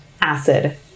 acid